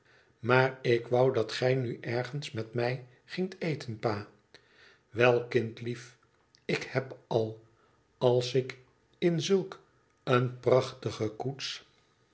maar ik wou dat gij nu ergens met mij gingt eten pa wel kindlief ik heb al als ik in zulk eene prachtige koets